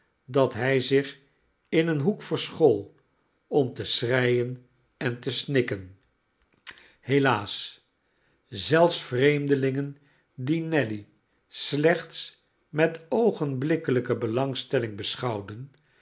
dat hij zich in een hoek verschool om te schreien en te snikken helaas zelfs vreemdelingen die nelly slechts met oogenblikkelijke belangstelling beschouwden